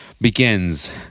begins